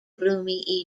gloomy